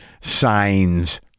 signs